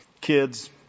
kids